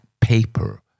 paper